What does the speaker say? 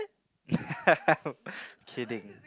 kidding